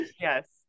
yes